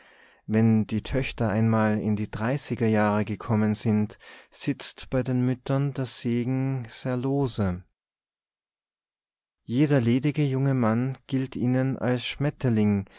wenn die töchter einmal in die dreißiger jahre gekommen sind sitzt bei den müttern der segen sehr lose jeder ledige junge mann gilt ihnen als schmetterling